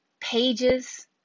pages